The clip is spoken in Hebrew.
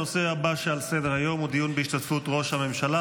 הנושא הבא על סדר-היום הוא דיון בהשתתפות ראש הממשלה,